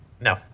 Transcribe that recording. No